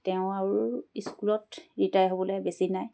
তেওঁ আৰু স্কুলত ৰিটায়াৰ হ'বলৈ বেছি নাই